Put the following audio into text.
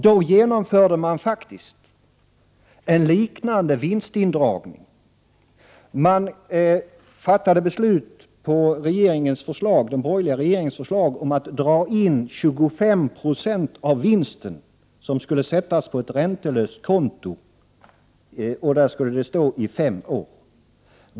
Då genomförde regeringen en liknande vinstindragning. Riksdagen fattade beslut med anledning av den borgerliga regeringens förslag om att dra in 25 96 av vinsten, som skulle sättas på ett räntelöst konto där pengarna skulle stå i fem år.